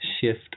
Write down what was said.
Shift